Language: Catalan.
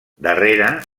darrere